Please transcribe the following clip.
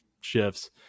shifts